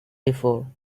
before